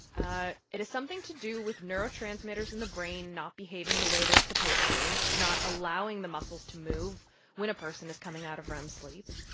ah it has something to do with neurotransmitters in the brain not behaving the way they're supposed to, not allowing the muscles to move when a person is coming out of rem sleep.